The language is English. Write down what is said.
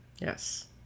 Yes